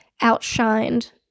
outshined